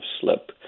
slip